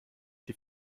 die